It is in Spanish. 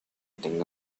tenga